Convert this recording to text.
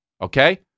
Okay